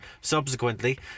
subsequently